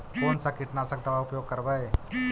कोन सा कीटनाशक दवा उपयोग करबय?